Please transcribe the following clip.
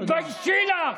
תתביישי לך.